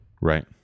Right